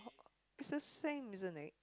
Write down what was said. is the same isn't it